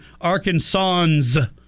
Arkansans